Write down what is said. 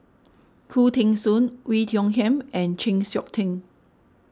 Khoo Teng Soon Oei Tiong Ham and Chng Seok Tin